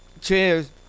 Cheers